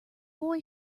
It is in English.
boy